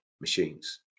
machines